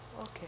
Okay